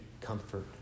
comfort